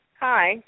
Hi